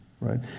right